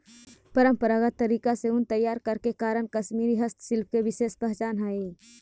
परम्परागत तरीका से ऊन तैयार करे के कारण कश्मीरी हस्तशिल्प के विशेष पहचान हइ